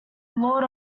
lord